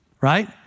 right